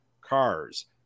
cars